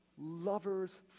lovers